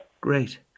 Great